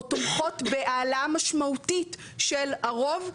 או תומכות בהעלאה משמעותית של הרוב,